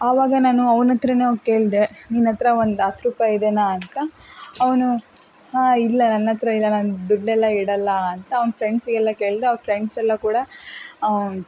ಆವಾಗ ನಾನು ಅವನ ಹತ್ರನೇ ಹೋಗಿ ಕೇಳಿದೆ ನಿನ್ನ ಹತ್ರ ಒಂದು ಹತ್ತು ರೂಪಾಯಿ ಇದೇನಾ ಅಂತ ಅವನು ಹಾಂ ಇಲ್ಲ ನನ್ನ ಹತ್ರ ಇಲ್ಲ ನಾನು ದುಡ್ಡು ಎಲ್ಲ ಇಡಲ್ಲ ಅಂತ ಅವನ ಫ್ರೆಂಡ್ಸಿಗೆಲ್ಲ ಕೇಳಿದ ಅವನ ಫ್ರೆಂಡ್ಸ್ ಎಲ್ಲ ಕೂಡ